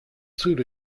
suit